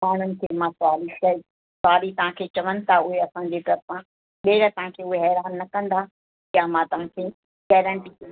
माण्हुनि खे मां सॉरी चई सॉरी तव्हांखे चवनि था उहे असांजे तर्फ़ां ॿीहर तव्हांखे हू हैरान न कंदा इहा मां तव्हांखे गेरंटी